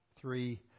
three